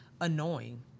annoying